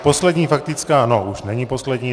Poslední faktická no už není poslední.